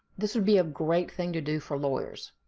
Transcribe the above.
this would be a great thing to do for lawyers